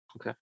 Okay